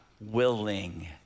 willing